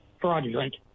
fraudulent